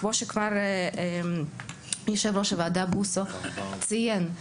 כמו שכבר יושב-ראש הוועדה בוסו ציין,